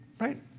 right